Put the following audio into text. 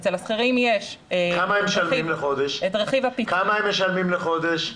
אצל השכירים יש את רכיב הפיקדון --- כמה הם משלמים לחודש?